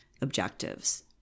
objectives